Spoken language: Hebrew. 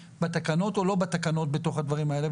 בתקנות או לא בתקנות בתוך הדברים האלה.